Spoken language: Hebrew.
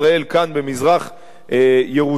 במזרח-ירושלים.